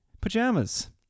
pajamas